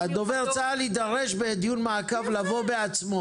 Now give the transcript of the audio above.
דובר צה"ל יידרש בדיון מעקב לבוא בעצמו